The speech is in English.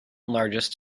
largest